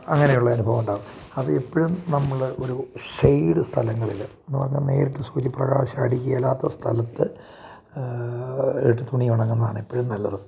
അങ്ങനെയുള്ള അനുഭവം ഉണ്ടാവും അപ്പം എപ്പോഴും നമ്മൾ ഒരു ഷേയ്ഡ് സ്ഥലങ്ങളിൽ എന്നു പറഞ്ഞാൽ നേരിട്ട് സൂര്യപ്രകാശം അടിക്കില്ലാത്ത സ്ഥലത്ത് ഇട്ട് തുണി ഉണങ്ങുന്നതാണ് എപ്പോഴും നല്ലത്